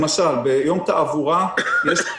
למשל ביום תעבורה יש ---,